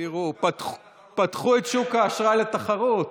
פתחו את שוק האשראי לתחרות.